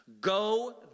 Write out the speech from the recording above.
Go